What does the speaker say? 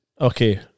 okay